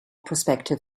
prospective